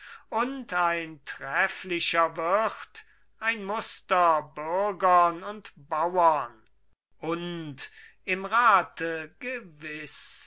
und ein trefflicher wirt ein muster bürgern und bauern und im rate gewiß